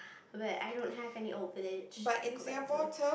where I don't have any old village to go back to